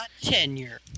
Tenure